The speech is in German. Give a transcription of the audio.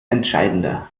entscheidender